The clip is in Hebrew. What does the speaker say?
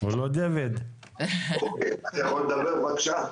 הייתי בדיון הקודם בוועדה הקודמת,